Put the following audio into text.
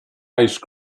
ice